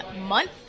month